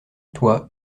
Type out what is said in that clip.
toi